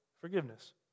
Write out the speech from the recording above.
forgiveness